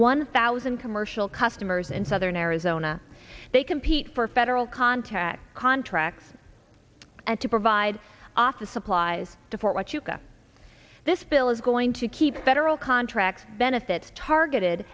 one thousand commercial customers in southern arizona they compete for federal contacts contracts and to provide office supplies to fort huachuca this bill is going to keep federal contracts benefits targeted